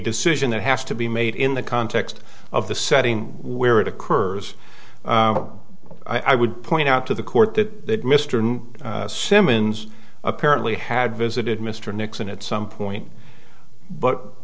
decision that has to be made in the context of the setting where it occurs i would point out to the court that mr simmons apparently had visited mr nixon at some point but